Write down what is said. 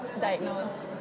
diagnosed